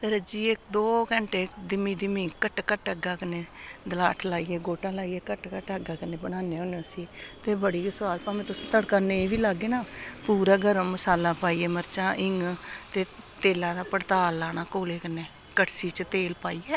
रज्जियै दो घैंटे धीमी धीमी कट कट अग्गै कन्नै दलाठ लाइयै गोह्टा लाइयै घट्ट घट्ट अग्गै कन्नै बनान्ने होन्ने उसी ते बड़ी गै सोआद भामें तुस तड़का नेईं बी लागे ना पूरा गर्म मसाला पाइयै मर्चां हिंग ते तेला दा पड़ताल लाना कोले कन्नै कड़छी च तेल पाइयै